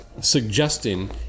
suggesting